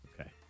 Okay